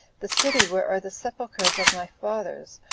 the city where are the sepulchers of my fathers,